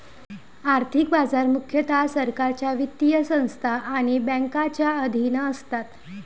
आर्थिक बाजार मुख्यतः सरकारच्या वित्तीय संस्था आणि बँकांच्या अधीन असतात